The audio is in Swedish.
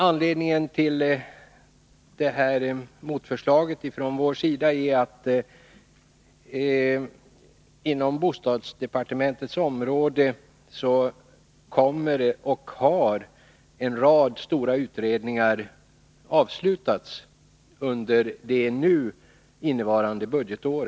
Anledningen till vårt motförslag är att flera stora utredningar inom bostadsdepartementets ansvarsområde har slutförts eller kommer att avslutas under nu innevarande budgetår.